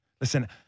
Listen